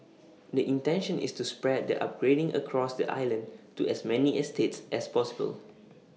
the intention is to spread the upgrading across the island to as many estates as possible